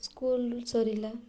ସ୍କୁଲ୍ରୁ ସରିଲା